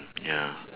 ya